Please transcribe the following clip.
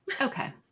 okay